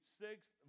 sixth